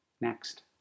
Next